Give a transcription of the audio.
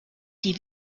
die